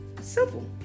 Simple